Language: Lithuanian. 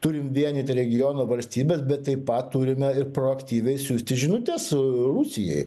turim vienyti regiono valstybes bet taip pat turime ir proaktyviai siųsti žinutes rusijai